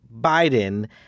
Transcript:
Biden